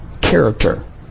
Character